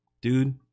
dude